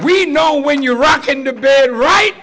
we know when you're rockin debate right